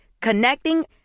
Connecting